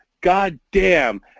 goddamn